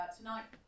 tonight